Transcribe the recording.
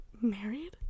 married